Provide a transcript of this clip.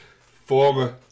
Former